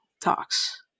talks